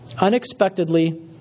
unexpectedly